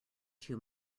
too